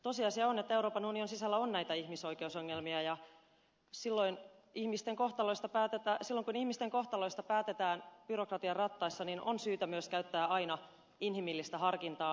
tosiasia on että euroopan unionin sisällä on näitä ihmisoikeusongelmia ja silloin kun ihmisten kohtaloista päätetään byrokratian rattaissa on syytä myös käyttää aina inhimillistä harkintaa